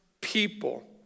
people